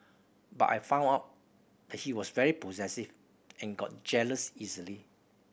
but I found out he was very possessive and got jealous easily